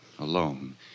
Alone